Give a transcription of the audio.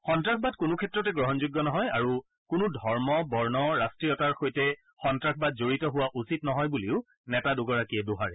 সন্তাসবাদ কোনো ক্ষেত্ৰতে গ্ৰহণযোগ্য নহয় আৰু কোনো ধৰ্ম বৰ্ণ ৰাষ্ট্ৰীয়তাৰ সৈতে সন্তাসবাদ জড়িত হোৱা উচিত নহয় বুলিও নেতাদুগৰাকীয়ে দোহাৰে